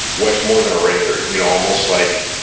much more than a regular, you know almost like,